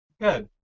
Good